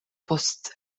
post